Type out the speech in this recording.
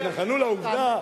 לעובדה,